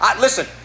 Listen